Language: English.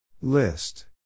List